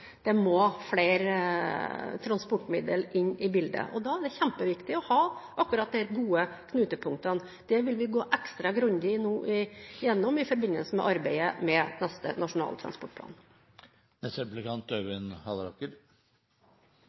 Det må flere transportmidler inn i bildet. Da er det kjempeviktig å ha akkurat disse gode knutepunktene. Det vil vi nå gå ekstra grundig gjennom i forbindelse med arbeidet med neste Nasjonal transportplan.